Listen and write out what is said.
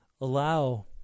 allow